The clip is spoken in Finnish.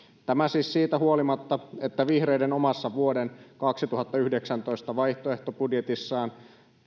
tämä siis siitä huolimatta että vihreät omassa vuoden kaksituhattayhdeksäntoista vaihtoehtobudjetissaan